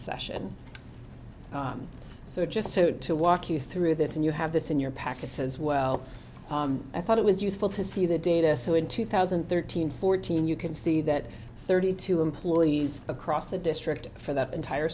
session so just so to walk you through this and you have this in your packet says well i thought it was useful to see the data so in two thousand and thirteen fourteen you can see that thirty two employees across the district for that entire